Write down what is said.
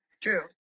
True